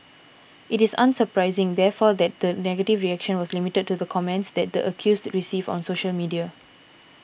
it is unsurprising therefore that the negative reaction was limited to the comments that the accused received on social media